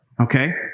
okay